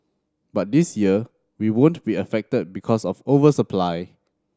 but this year we won't be affected because of over supply